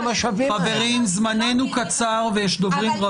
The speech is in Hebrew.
חברים, זמננו קצר ויש דוברים רבים.